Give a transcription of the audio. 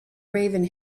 raven